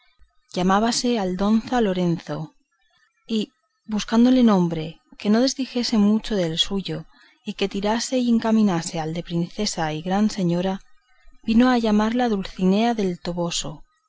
de sus pensamientos y buscándole nombre que no desdijese mucho del suyo y que tirase y se encaminase al de princesa y gran señora vino a llamarla dulcinea del toboso